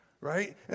right